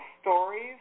stories